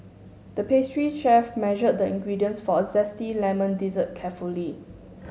the pastry chef measured the ingredients for a zesty lemon dessert carefully